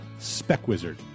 SpecWizard